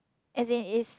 as in is